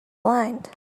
blind